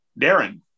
Darren